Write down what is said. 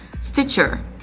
stitcher